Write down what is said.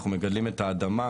אנחנו מגדלים את האדמה,